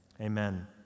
Amen